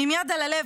באמת עם היד על הלב,